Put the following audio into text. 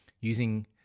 using